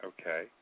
Okay